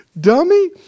dummy